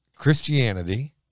Christianity